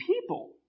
people